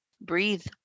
breathe